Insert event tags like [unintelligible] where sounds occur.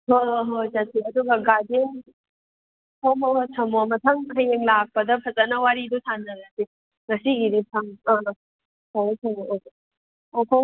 ꯍꯣꯏ ꯍꯣꯏ ꯍꯣꯏ ꯆꯠꯁꯤ ꯑꯗꯨꯒ ꯒꯥꯔꯗꯦꯟ ꯍꯣꯏ ꯍꯣꯏ ꯍꯣꯏ ꯊꯝꯃꯣ ꯃꯊꯪ ꯍꯌꯦꯡ ꯂꯥꯛꯄꯗ ꯐꯖꯅ ꯋꯥꯔꯤꯗꯨ ꯁꯥꯟꯅꯔꯁꯤ ꯉꯁꯤꯒꯤꯗꯤ ꯑꯥ ꯊꯝꯃꯦ ꯊꯝꯃꯦ [unintelligible]